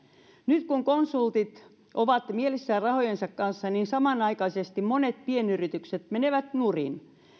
nyt kun konsultit ovat mielissään rahojensa kanssa niin samanaikaisesti monet pienyritykset menevät nurin